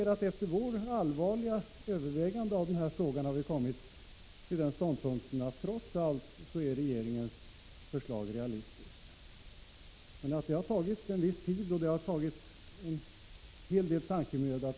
Vi har efter allvarligt övervägande kommit till den ståndpunkten att regeringens förslag trots allt är mest realistiskt. Det har tagit en viss tid och det har krävt en hel del tankemöda.